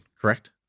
correct